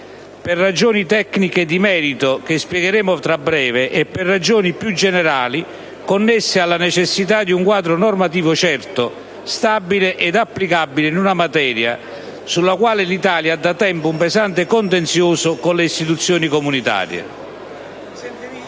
per ragioni tecniche di merito che spiegheremo tra breve e per ragioni più generali connesse alla necessità di un quadro normativo certo, stabile ed applicabile, in una materia sulla quale l'Italia ha da tempo un pesante contenzioso con le istituzioni comunitarie.